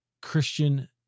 Christian